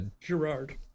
Gerard